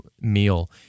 meal